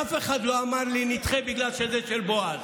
אף אחד לא אמר לי: נדחה בגלל שזה של בועז.